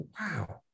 Wow